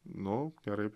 nu gerai